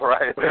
Right